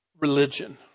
religion